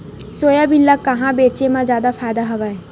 Soybean ल कहां बेचे म जादा फ़ायदा हवय?